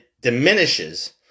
diminishes